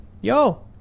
yo